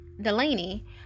Delaney